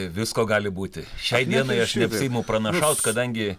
visko gali būti šiai dienai aš neapsiimu pranašaut kadangi